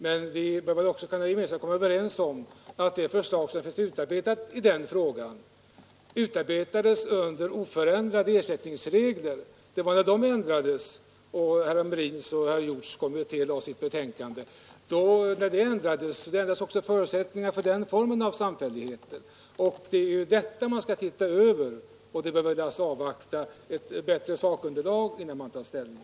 Men vi bör väl också gemensamt komma överens om att det förslag som finns utarbetat i den frågan utarbetades under oförändrade ersättningsregler. Det var när dessa ändrades efter det att herr Hamrins och herr Hjorths kommitté lade sitt betänkande, som förutsättningen för den formen av sam fälligheter ändrades. Och det är ju detta man skall se över, och man bör avvakta ett bättre sakunderlag innan man tar ställning.